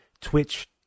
Twitch